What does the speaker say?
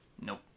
Nope